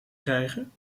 krijgen